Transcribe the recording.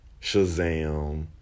Shazam